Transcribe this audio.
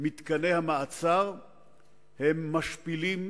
מתקני המעצר הם משפילים,